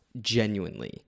genuinely